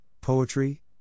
poetry